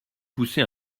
poussé